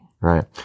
right